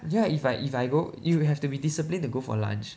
ya if I if I go you will have to be disciplined to go for lunch